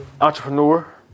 Entrepreneur